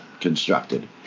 constructed